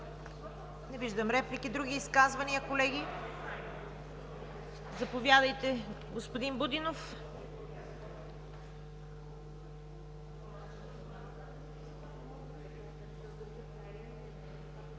Не виждам. Други изказвания, колеги? Заповядайте, господин Будинов.